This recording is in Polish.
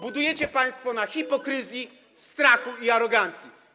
Budujecie państwo na hipokryzji, strachu i arogancji.